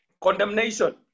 Condemnation